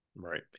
Right